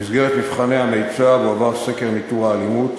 במסגרת מבחני המיצ"ב, הועבר סקר ניטור האלימות